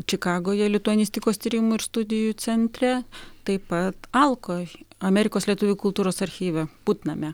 čikagoje lituanistikos tyrimų ir studijų centre taip pat alkoj amerikos lietuvių kultūros archyve putname